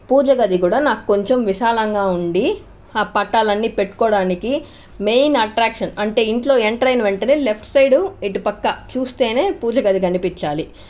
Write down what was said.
పూజ గది కూడా నాకు కొంచెం విశాలంగా ఉండి ఆ టాలన్ని పెట్టుకోవడానికి మెయిన్ అట్రాక్షన్ అంటే ఇంట్లో ఎంటర్ అయిన వెంటనే లెఫ్ట్ సైడ్ ఇటుపక్క చూస్తేనే పూజగది కనిపించాలి